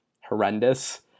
horrendous